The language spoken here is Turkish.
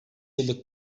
yıllık